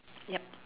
ya